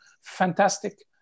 Fantastic